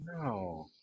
no